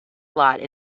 slot